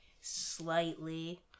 slightly